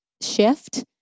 shift